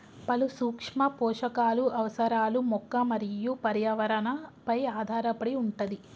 పలు సూక్ష్మ పోషకాలు అవసరాలు మొక్క మరియు పర్యావరణ పై ఆధారపడి వుంటది